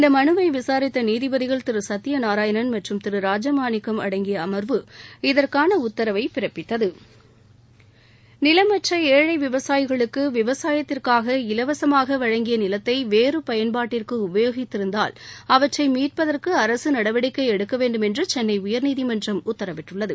இந்த மனுவை விசாரித்த நீதிபதிகள் திரு சத்தியநாராயணன் மற்றும் திரு ராஜமாணிக்கம் அடங்கிய அமர்வு இதற்கான உத்தரவை பிறப்பித்தது நிலமற்ற ஏழழ விவசாயிகளுக்கு விவசாயத்திற்காக இலவசமாக வழங்கிய நிலத்தை வேறு பயன்பாட்டிற்கு உபயோகித்திருந்தால் அவற்றை மீட்பதற்கு அரசு நடவடிக்கை எடுக்க வேண்டும் என்று சென்னை உயர்நீதிமன்றம் உத்தரவிட்டுள்ளது